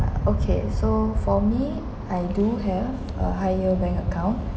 uh okay so for me I do have a high yield bank account